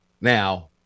Now